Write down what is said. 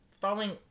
following